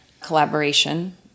collaboration